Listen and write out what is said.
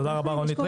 תודה רבה רונית.